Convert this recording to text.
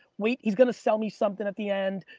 wait he's going to sell me something at the end.